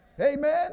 Amen